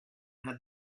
had